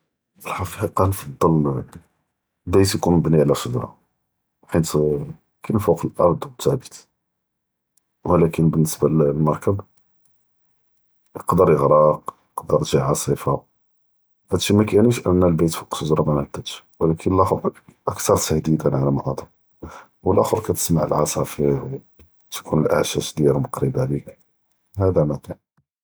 פי אלחקיקה אנה נפדל בית יכון מבני עלא שוג’רה, בחית, כאין פוק אלארצ תעבת, ולאכן באלניסבה ללמרכב יקדר יגרק, יקדר יג’יה עאספה, האד שי מא כיעמלש אן אלבית פוק שוג’רה מןעדטש, ו לאכן לאאח’ור אכתר צנדידא עלא מא אט’ן, ו לאאח’ור כתשמע אלעצאפיֵר ו תכון אלאעשאש דיאלהם קריבה ליק.